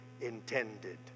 intended